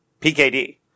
PKD